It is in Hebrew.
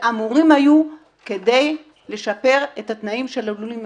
שאמורים היו כדי לשפר את התנאים של הלולים המשפחתיים.